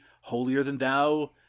holier-than-thou